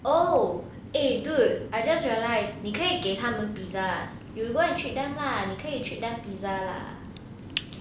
oh eh dude I just realised 你可以给他们 pizza you go and treat them lah 你可以 treat them pizza lah